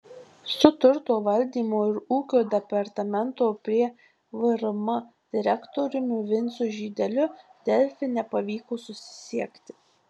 su turto valdymo ir ūkio departamento prie vrm direktoriumi vincu žydeliu delfi nepavyko susisiekti